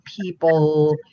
people